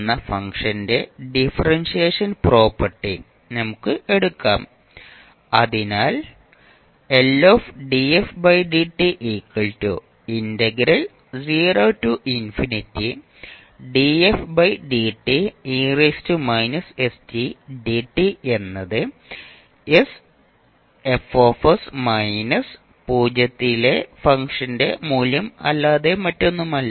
എന്ന ഫംഗ്ഷന്റെ differentiation property നമുക്ക് എടുക്കാം അതിനാൽ എന്നത് മൈനസ് പൂജ്യത്തിലെ ഫംഗ്ഷന്റെ മൂല്യം അല്ലാതെ മറ്റൊന്നുമല്ല